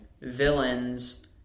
villains